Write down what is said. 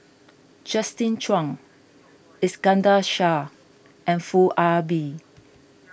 Justin Zhuang Iskandar Shah and Foo Ah Bee